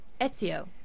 Ezio